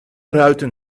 ruiten